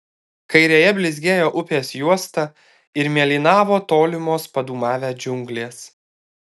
kairėje blizgėjo upės juosta ir mėlynavo tolimos padūmavę džiunglės